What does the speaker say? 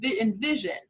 envision